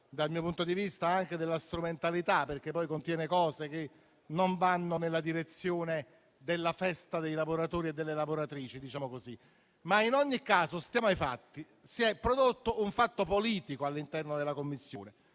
dal mio punto di vista anche della strumentalità, perché contiene misure che non vanno nella direzione della festa dei lavoratori e delle lavoratrici. In ogni caso, stando ai fatti, si è prodotto un fatto politico all'interno della Commissione.